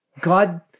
God